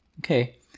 Okay